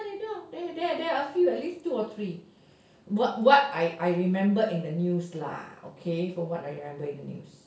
ya they do there there are a few at least two or three what I I remember in the news lah okay so what I remember in the news